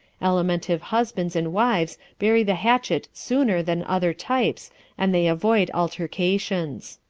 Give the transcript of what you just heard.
alimentive husbands and wives bury the hatchet sooner than other types and they avoid altercations.